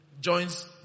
joins